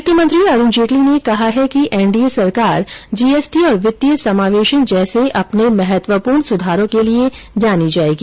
वित्त मंत्री अरुण जेटली ने कहा है कि एन डी ए सरकार जी एस टी और वित्तीय समावेशन जैसे अपने महत्वसपूर्ण सुधारों के लिए जानी जाएगी